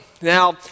now